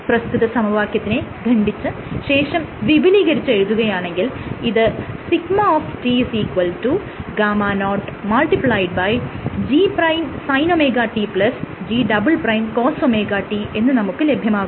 പ്രസ്തുത സമവാക്യത്തിനെ ഖണ്ഡിച്ച് ശേഷം വിപുലീകരിച്ച് എഴുതുകയാണെങ്കിൽ ഇത് σ γ0G'sinωt G"cosωt എന്ന് നമുക്ക് ലഭ്യമാകുന്നു